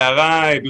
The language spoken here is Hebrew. הערה לסיום,